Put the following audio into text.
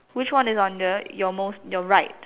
which is one is on the your most your right